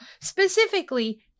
specifically